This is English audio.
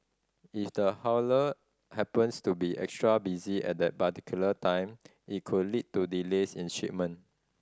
if the haulier happens to be extra busy at that particular time it could lead to delays in shipment